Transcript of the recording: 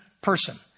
person